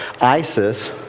ISIS